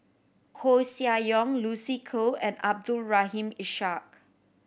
Koeh Sia Yong Lucy Koh and Abdul Rahim Ishak